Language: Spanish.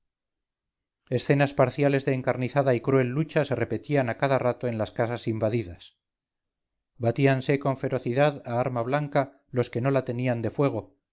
escenas parciales de encarnizada y cruel lucha se repetían a cada rato en las casas invadidas batíanse con ferocidad a arma blanca los que no la tenían de fuego